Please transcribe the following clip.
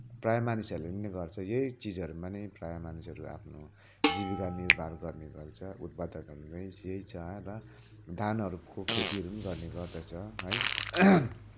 प्रायः मानिसहरूले नै गर्छ यही चिजहरूमा नै प्रायः मानिसहरू आफ्नो जीविका निर्वाह गर्ने गर्छ उत्पादकहरू नै यही छ र धानहरूको खेतीहरू पनि गर्ने गर्दछ है